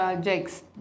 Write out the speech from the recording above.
Jake's